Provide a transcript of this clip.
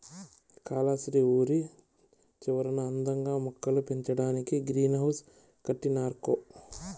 కాలస్త్రి ఊరి చివరన అందంగా మొక్కలు పెంచేదానికే గ్రీన్ హౌస్ కట్టినారక్కో